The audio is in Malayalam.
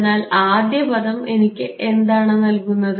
അതിനാൽ ആദ്യ പദം എനിക്ക് എന്താണ് നൽകുന്നത്